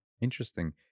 interesting